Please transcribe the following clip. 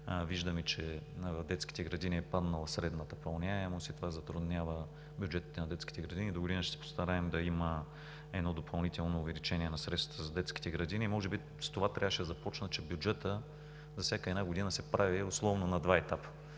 Виждаме, че в детските градини е паднала средната пълняемост и това затруднява техните бюджети. Догодина ще се постараем да има допълнително увеличение на средствата за детските градини. Може би с това трябваше да започна, че бюджетът за всяка една година се прави основно на два етапа: